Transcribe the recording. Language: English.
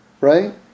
Right